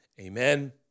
amen